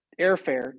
airfare